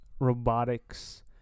robotics